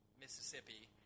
Mississippi